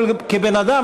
כבן-אדם,